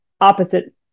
opposite